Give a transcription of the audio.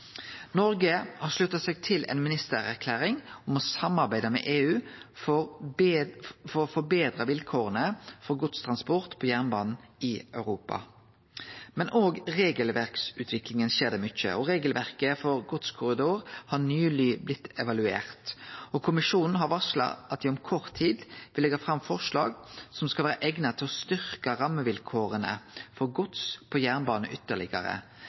Noreg har slutta seg til ei ministererklæring om å samarbeide med EU for å forbetre vilkåra for godstransport på jernbanen i Europa. Men òg med regelverksutviklinga skjer det mykje, og regelverket for godskorridorar har nyleg blitt evaluert. Kommisjonen har varsla at dei om kort tid vil leggje fram forslag som skal vere eigna til å styrkje rammevilkåra for gods på jernbane ytterlegare.